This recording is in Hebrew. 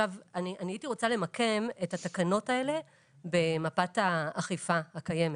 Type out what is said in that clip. הייתי רוצה למקם את התקנות האלה במפת האכיפה הקיימת